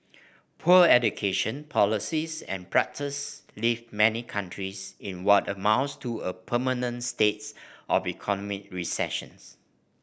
poor education policies and practices leave many countries in what amounts to a permanent states of economic recessions